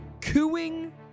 cooing